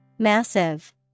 Massive